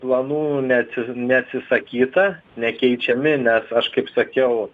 planų neatsis neatsisakyta nekeičiami nes aš kaip sakiau